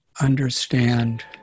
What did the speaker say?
understand